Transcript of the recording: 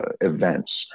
events